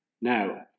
Now